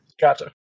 Gotcha